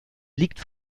liegt